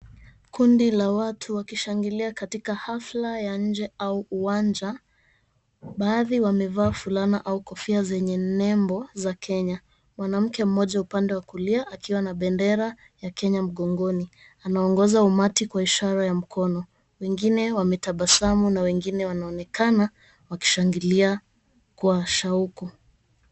Kundi la watu wakishangilia katika hafla ya inje au uwanja , baadhi wamevaa kofia ama fulana zenye nembo ya Kenya. Mwanamke mmoja upande wa kulia akiwa na bendera ya Kenya mgongoni anaongoza umati kwa ishara ya mkono , wengine wametabasamu na wengine wanaonekana wakishangilia kwa shauku.